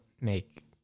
make